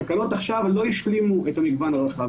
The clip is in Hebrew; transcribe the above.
התקנות עכשיו לא השלימו את המגוון הרחב.